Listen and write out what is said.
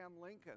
Lincoln